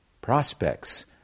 prospects